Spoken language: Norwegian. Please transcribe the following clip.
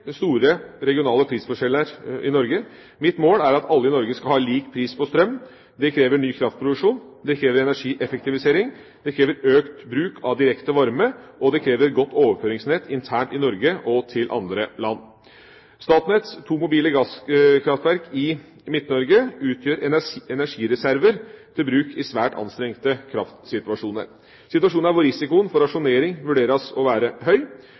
store regionale prisforskjeller i Norge. Mitt mål er at alle i Norge skal ha lik pris på strøm. Det krever ny kraftproduksjon. Det krever energieffektivisering. Det krever økt bruk av direkte varme, og det krever et godt overføringsnett internt i Norge og til andre land. Statnetts to mobile gasskraftverk i Midt-Norge utgjør energireserver til bruk i svært anstrengte kraftsituasjoner, situasjoner hvor risikoen for rasjonering vurderes å være høy.